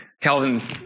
Calvin